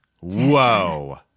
Whoa